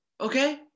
Okay